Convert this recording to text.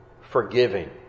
forgiving